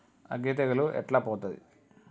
అగ్గి తెగులు ఎట్లా పోతది?